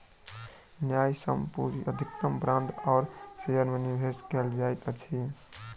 न्यायसम्य पूंजी अधिकतम बांड आ शेयर में निवेश कयल जाइत अछि